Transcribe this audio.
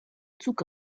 took